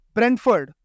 Brentford